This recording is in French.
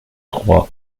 trois